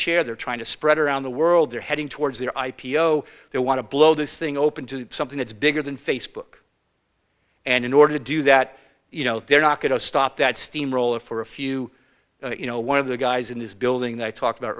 share they're trying to spread around the world they're heading towards their i p o they want to blow this thing open to something that's bigger than facebook and in order to do that you know they're not going to stop that steamroller for a few you know one of the guys in this building that i talked about